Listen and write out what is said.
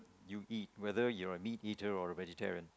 you eat whether you're a meat eater or a vegetarian